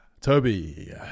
Toby